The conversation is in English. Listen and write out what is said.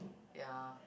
ya